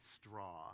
straw